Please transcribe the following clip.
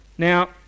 Now